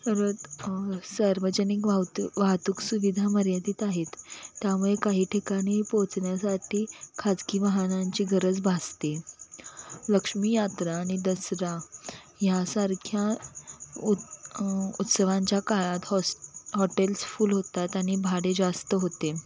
परत सार्वजनिक वाहुतू वाहतूक सुविधा मर्यादित आहेत त्यामुळे काही ठिकाणी पोचण्यासाठी खाजगी वाहनांची गरज भासते लक्ष्मीयात्रा आणि दसरा ह्यासारख्या उत् उत्सवांच्या काळात हॉस् हॉटेल्स फुल होतात आणि भाडे जास्त होते